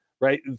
right